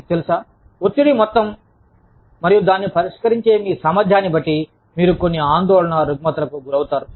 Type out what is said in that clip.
మీకు తెలుసా ఒత్తిడి మొత్తం మరియు దాన్ని పరిష్కరించే మీ సామర్థ్యాన్ని బట్టి మీరు కొన్ని ఆందోళన రుగ్మతలకు గురవుతారు